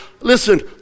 listen